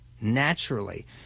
naturally